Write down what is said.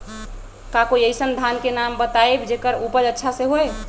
का कोई अइसन धान के नाम बताएब जेकर उपज अच्छा से होय?